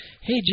hey